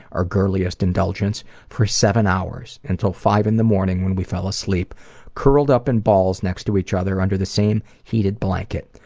our girliest indulgence for seven hours until five in the morning when we fell ah sleep curled up in balls next to each other under the same heated blanket.